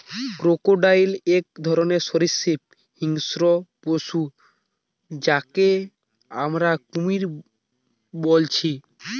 crocodile এক ধরণের সরীসৃপ হিংস্র পশু যাকে আমরা কুমির বলছি